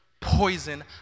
poison